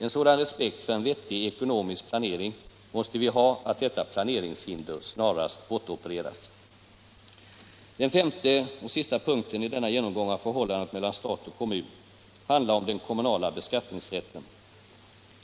En sådan respekt för en vettig ekonomisk planering måste vi ha att detta planeringshinder snarast bortopereras. Den femte — och sista — punkten i denna genomgång av förhållandet mellan stat och kommun handlar om den kommunala beskattningsrätten.